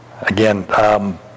again